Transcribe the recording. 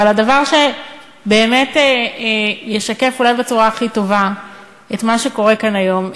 אבל שבאמת ישקף אולי בצורה הכי טובה את מה שקורה כאן היום.